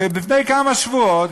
ולפני כמה שבועות,